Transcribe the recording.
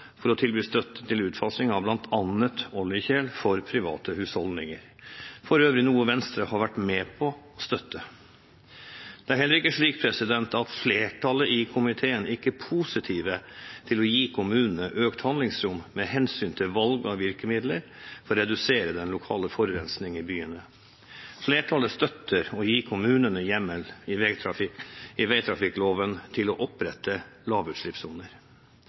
for å tilby støtte til utfasing av bl.a. oljekjel for private husholdninger – for øvrig noe Venstre har vært med på å støtte. Det er heller ikke slik at flertallet i komiteen ikke er positive til å gi kommunene økt handlingsrom med hensyn til valg av virkemidler for å redusere den lokale forurensningen i byene. Flertallet støtter å gi kommunene hjemmel i vegtrafikkloven til å opprette lavutslippssoner.